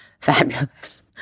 fabulous